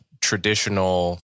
traditional